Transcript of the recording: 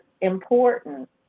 important